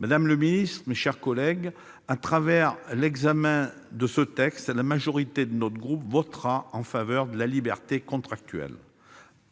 Madame la ministre, mes chers collègues, au cours de l'examen de ce texte, la majorité de notre groupe votera en faveur de la liberté contractuelle,